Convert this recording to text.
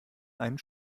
einen